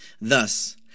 Thus